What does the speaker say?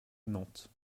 nantes